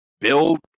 build